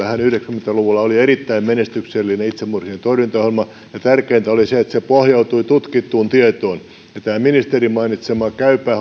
asia meillähän oli yhdeksänkymmentä luvulla erittäin menestyksellinen itsemurhien torjuntaohjelma ja tärkeintä oli se että se pohjautui tutkittuun tietoon tämän ministerin mainitseman käypä